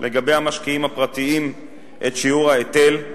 לגבי המשקיעים הפרטיים את שיעור ההיטל,